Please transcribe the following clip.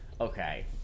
okay